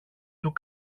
του